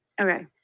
Okay